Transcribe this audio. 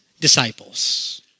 disciples